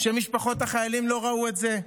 שמשפחות החיילים לא ראו את זה?